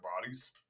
bodies